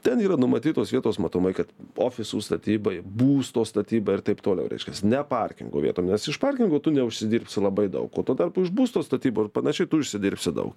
ten yra numatytos vietos matomai kad ofisų statybai būsto statybai ir taip toliau reiškias ne parkingo vietom nes iš parkingo tu neužsidirbsi labai daug o tuo tarpu iš būsto statybų ir panašiai tu užsidirbsi daug